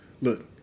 Look